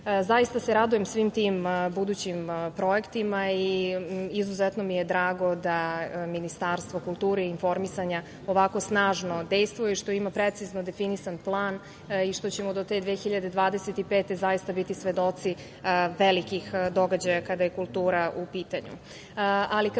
se radujem svim tim budućim projektima i izuzetno mi je drago da Ministarstvo kulture i informisanja ovako snažno dejstvuje, što ima precizno definisan plan i što ćemo do te 2025. godine zaista biti svedoci velikih događaja kada je kultura u pitanju. Kada